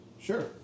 Sure